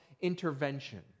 intervention